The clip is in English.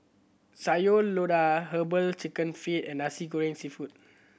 Sayur Lodeh Herbal Chicken Feet and Nasi Goreng Seafood